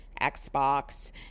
Xbox